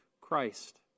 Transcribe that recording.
Christ